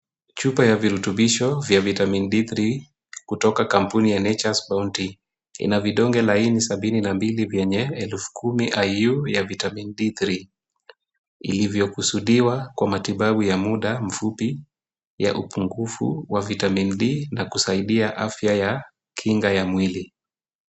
Chupa ya virutubisho vya Vitamin D3 kutoka kampuni ya Nature's Bounty. Ina vidonge laini sabini na mbili vyenye 10,000 IU ya vitamin D3 vilivyokusudiwa kwa matibabu ya muda mfupi ya upungufu wa Vitamin D3 na kusaidia afya ya kinga ya mwili.